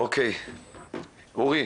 אוקיי, אורי,